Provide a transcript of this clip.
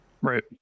Right